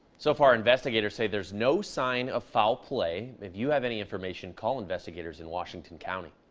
so far, investigators say there's no sign of foul play. if you have any information, call investigators in washington county.